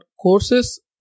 courses